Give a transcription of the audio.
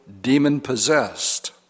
demon-possessed